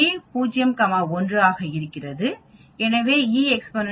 P 01 இருக்கும் P 01 e l l0 0